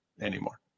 anymore